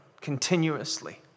Continuously